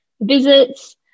visits